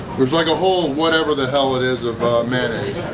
it's like a whole whatever the hell it is, of mayonnaise,